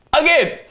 again